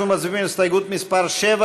של קבוצת סיעת הרשימה המשותפת וקבוצת סיעת מרצ,